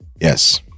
yes